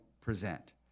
present